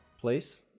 place